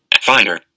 Finder